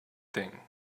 thing